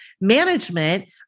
management